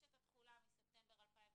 יש את התחולה מספטמבר 2019,